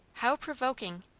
how provoking!